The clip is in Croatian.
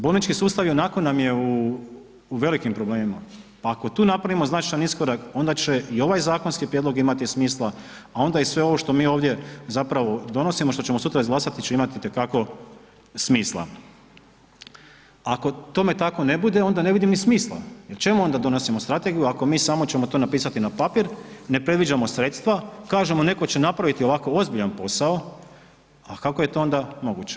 Bolnički sustav ionako nam je u, u velikim problemima, pa ako tu napravimo značajan iskorak onda će i ovaj zakonski prijedlog imati smisla, a onda i sve ovo što mi ovdje zapravo donosimo, što ćemo sutra izglasati će imati itekako smisla, ako tome tako ne bude onda ne vidim ni smisla jer čemu onda donosimo strategiju ako mi samo ćemo to napisati na papir, ne predviđamo sredstva, kažemo neko će napraviti ovako ozbiljan posao, a kako je to onda moguće.